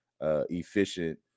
efficient